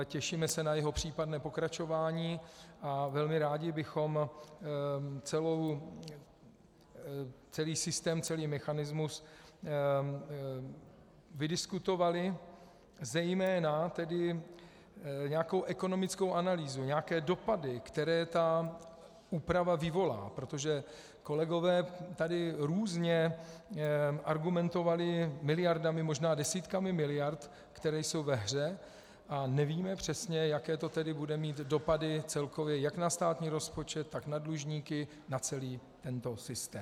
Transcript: Těšíme se na jeho případné pokračování a velmi rádi bychom celý systém, celý mechanismus vydiskutovali, zejména tedy nějakou ekonomickou analýzu, nějaké dopady, které úprava vyvolá, protože kolegové tady různě argumentovali miliardami, možná desítkami miliard, které jsou ve hře a nevíme přesně, jaké to bude mít dopady celkově jak na státní rozpočet, tak na dlužníky a na celý tento systém.